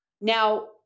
Now